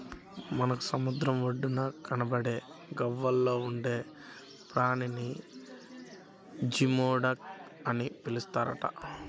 మనకు సముద్రం ఒడ్డున కనబడే గవ్వల్లో ఉండే ప్రాణిని జియోడక్ అని పిలుస్తారట